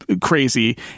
crazy